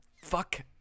Fuck